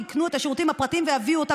יקנו את השירותים הפרטיים ויביאו אותם